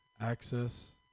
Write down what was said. access